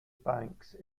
banks